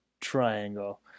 triangle